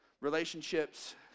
Relationships